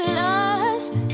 lost